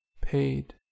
paid